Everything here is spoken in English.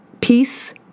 Peace